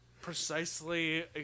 precisely